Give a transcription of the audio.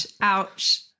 ouch